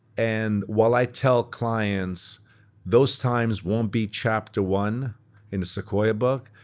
and while i tell clients those times won't be chapter one in the sequoia book,